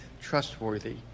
trustworthy